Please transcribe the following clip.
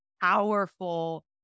powerful